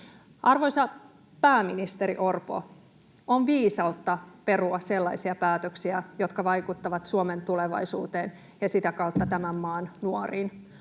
Arvoisa pääministeri Orpo, on viisautta perua sellaisia päätöksiä, jotka vaikuttavat Suomen tulevaisuuteen ja sitä kautta tämän maan nuoriin.